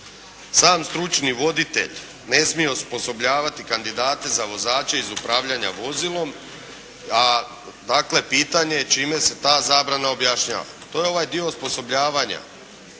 Sam stručni voditelj ne smije osposobljavati kandidate za vozače iz upravljanja vozilom. Dakle, pitanje je čime se ta zabrana objašnjava. To je ovaj dio osposobljavanja